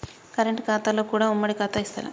Current ఖాతాలో కూడా ఉమ్మడి ఖాతా ఇత్తరా?